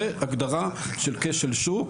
זאת הגדרה של כשל שוק.